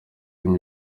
umwe